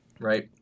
Right